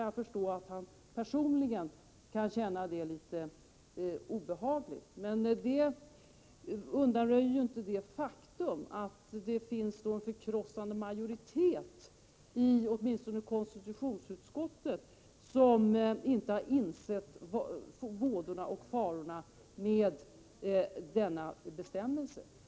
Jag förstår därför att han personligen kan känna det litet obehagligt. Men det undanröjer inte det faktum att det åtminstone i konstitutionsutskottet finns en förkrossande majoritet, som inte har insett vådorna med en sådan bestämmelse.